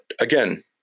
again